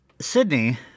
Sydney